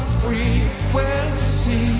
frequency